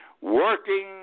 working